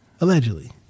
Allegedly